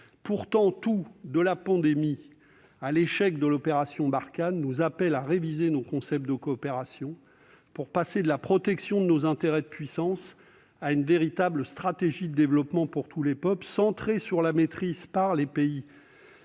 Pourtant, tout, de la pandémie à l'échec de l'opération Barkhane, nous appelle à réviser nos concepts de coopération pour passer de la protection de nos intérêts de puissance à une véritable stratégie de développement pour tous les peuples, centrée sur la maîtrise par les pays